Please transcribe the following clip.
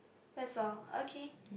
that's all okay